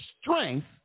strength